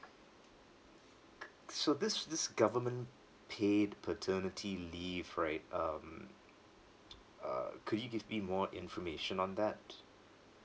so this this government paid paternity leave right um uh could you give me more information on that